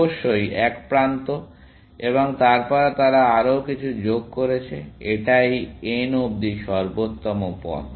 অবশ্যই এক প্রান্ত এবং তারপর তারা আরও কিছু যোগ করেছে এটাই n অব্দি সর্বোত্তম পথ